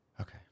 Okay